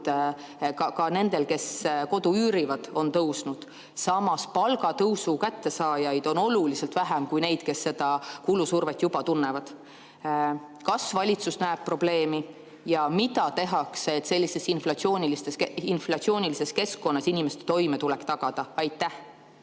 ka nendel, kes kodu üürivad, kasvanud. Palgatõusu kättesaajaid on oluliselt vähem kui neid, kes praegust kulusurvet juba tunnevad. Kas valitsus näeb probleemi ja mida tehakse, et sellises inflatsioonilises keskkonnas inimeste toimetulek tagada? Aitäh,